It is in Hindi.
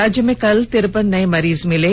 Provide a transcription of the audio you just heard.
राज्य में कल तिरेपन नये मरीज मिले